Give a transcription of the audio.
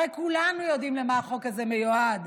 הרי כולנו יודעים למה החוק הזה מיועד.